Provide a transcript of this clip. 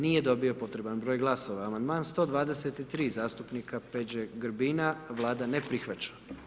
Nije dobio potreban broj glasova Amandman 123, zastupnika Peđe Grbina, Vlada ne prihvaća.